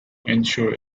ensure